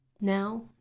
Now